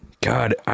God